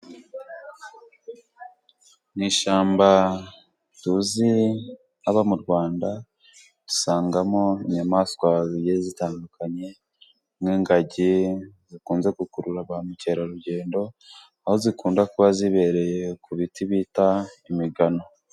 Ni ishyamba tuzi abo mu Rwanda, dusangamo inyamaswa zitandukanye nk'ingagi. Zikunze gukurura ba mukerarugendo, aho zikunda kuba zibereye ku biti bita imigano.